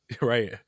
Right